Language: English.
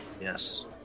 Yes